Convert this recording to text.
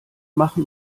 machen